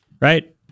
Right